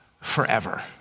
forever